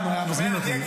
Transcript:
פעם הוא היה מזמין אותי.